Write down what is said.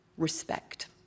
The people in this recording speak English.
respect